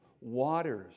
waters